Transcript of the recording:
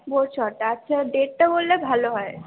ভোর ছটা আচ্ছা ডেটটা বললে ভালো হয়